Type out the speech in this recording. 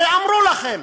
הרי אמרו לכם,